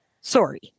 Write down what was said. sorry